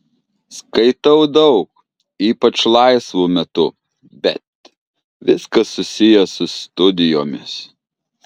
skaitau daug ypač laisvu metu bet viskas susiję su studijomis